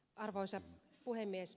arvoisa puhemies